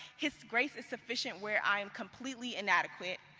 his grace is sufficient where i am completely inadequate.